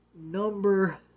number